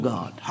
God